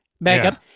backup